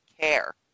care